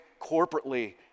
corporately